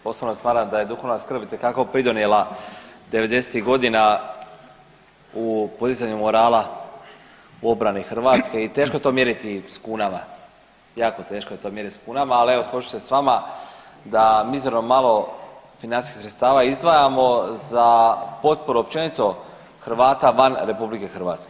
Osobno smatram da je duhovna skrb itekako pridonijela devedesetih godina u podizanju morala u obranu Hrvatske i teško je to mjeriti s kunama, jako teško je to mjeriti s kunama, ali evo složit ću se s vama da mizerno malo financijskih sredstava izdvajamo za potporu općenito Hrvata van RH.